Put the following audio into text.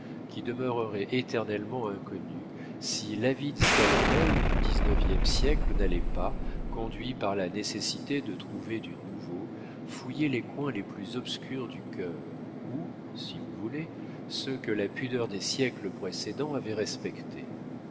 qui demeureraient éternellement inconnues si l'avide scalpel du dix-neuvième siècle n'allait pas conduit par la nécessité de trouver du nouveau fouiller les coins les plus obscurs du cœur ou si vous voulez ceux que la pudeur des siècles précédents avait respectés